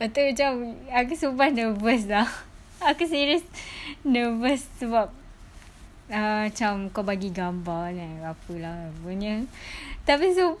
pastu macam aku sumpah nervous dah aku serious nervous sebab ah macam kau bagi gambar kan apa lah rupanya tapi sum~